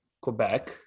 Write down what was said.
quebec